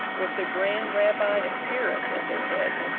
with the grand rabbi of paris at their head.